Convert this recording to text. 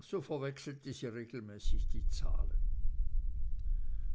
so verwechselte sie regelmäßig die zahlen